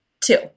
Two